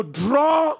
draw